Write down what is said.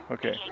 Okay